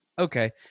Okay